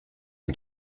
aux